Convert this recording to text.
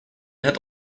had